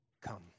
Come